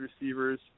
receivers